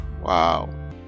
Wow